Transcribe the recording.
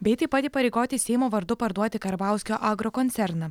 bei taip pat įpareigoti seimo vardu parduoti karbauskio agrokoncerną